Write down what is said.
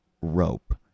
rope